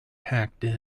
packed